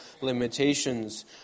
limitations